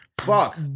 Fuck